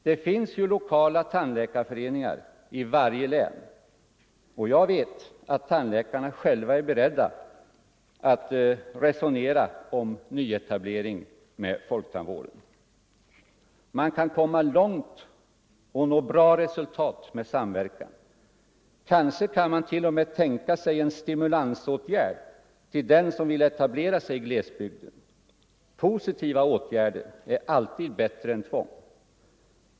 Det finns ju lokala tandläkarföreningar i varje län, och jag vet att tandläkarna själva är beredda på att resonera med folktandvården om nyetablering. Man kan komma långt och nå bra resultat med samverkan. Kanske kan man t.o.m. tänka sig en stimulansåtgärd till dem som vill etablera sig i glesbygden. Positiva åtgärder är alltid bättre än tvång.